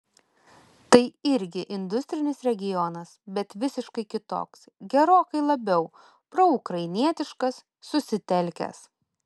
tai irgi industrinis regionas bet visiškai kitoks gerokai labiau proukrainietiškas susitelkęs